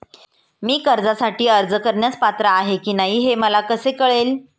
मी कर्जासाठी अर्ज करण्यास पात्र आहे की नाही हे मला कसे कळेल?